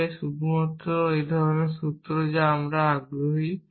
তবে এটি শুধুমাত্র এক ধরনের সূত্র যা আমরা আগ্রহী